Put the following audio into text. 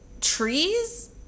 trees